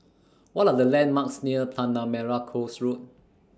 What Are The landmarks near Tanah Merah Coast Road